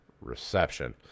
reception